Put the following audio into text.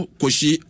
koshi